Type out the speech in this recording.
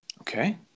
Okay